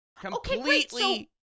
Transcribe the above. Completely